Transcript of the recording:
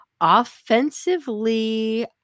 Offensively